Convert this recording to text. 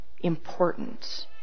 important